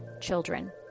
children